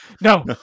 no